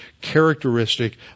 characteristic